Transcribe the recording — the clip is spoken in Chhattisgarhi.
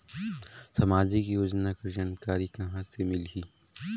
समाजिक योजना कर जानकारी कहाँ से मिलही?